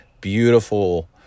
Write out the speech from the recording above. beautiful